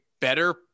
better